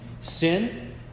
Sin